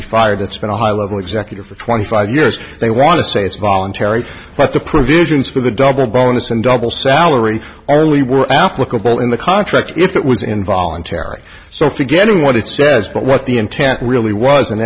be fired it's been a high level executive for twenty five years they want to say it's voluntary but the provisions for the double bonus and double salary are only were applicable in the contract if it was involuntary so forgetting what it says but what the intent really was and